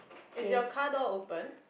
is your car door open